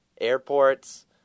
Airports